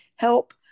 help